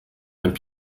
einem